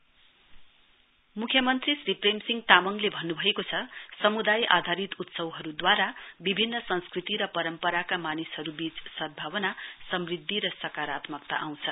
CM म्ख्यमन्त्री श्री प्रेमसिंह तामाङले भन्नुभएको छ समुदाय आधारित उत्सवहरुद्वारा विभिन्न संस्कृति र परमम्पराका मानिसहरुवाच सदभावना समृध्दि र सकारात्मकता आँउछ